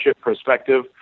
perspective